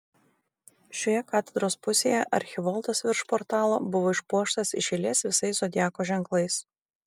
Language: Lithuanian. šioje katedros pusėje archivoltas virš portalo buvo išpuoštas iš eilės visais zodiako ženklais